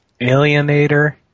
Alienator